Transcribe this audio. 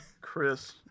Chris